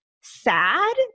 sad